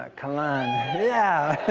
ah come on. yeah!